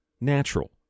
natural